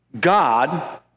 God